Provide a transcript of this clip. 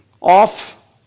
off